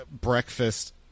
breakfast